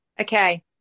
Okay